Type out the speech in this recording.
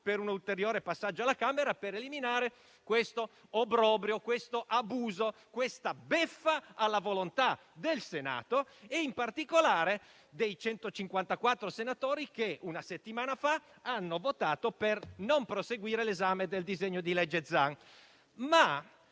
per un ulteriore passaggio alla Camera per eliminare questo obbrobrio, questo abuso, questa beffa alla volontà del Senato, e in particolare dei 154 senatori che, una settimana fa, hanno votato per non proseguire l'esame del disegno di legge Zan.